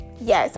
yes